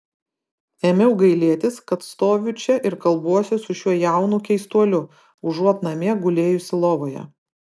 ėmiau gailėtis kad stoviu čia ir kalbuosi su šiuo jaunu keistuoliu užuot namie gulėjusi lovoje